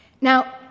Now